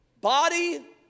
body